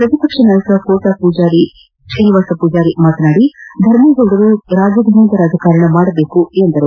ಪ್ರತಿಪಕ್ಷ ನಾಯಕ ಕೋಟಾ ಶ್ರೀನಿವಾಸ ಪೂಜಾರಿ ಮಾತನಾಡಿ ಧರ್ಮೇಗೌಡರು ರಾಜಧರ್ಮದ ರಾಜಕಾರಣ ಮಾಡಬೇಕು ಎಂದರು